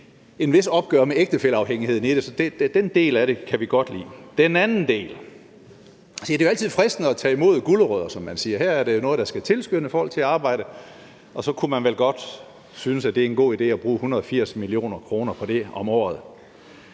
et vist opgør med ægtefælleafhængigheden i det. Så den del af det kan vi godt lide. Så er der den anden del. Se, det er jo altid fristende at tage imod gulerødder, som man siger. Her er det jo noget, der skal tilskynde folk til at arbejde, og så kunne man vel godt synes, at det var en god idé at bruge 180 mio. kr. på det om året